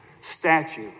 statue